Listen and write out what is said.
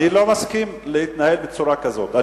אני לא מסכים להתנהל בצורה כזאת.